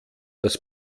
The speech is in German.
das